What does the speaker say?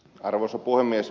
arvoisa puhemies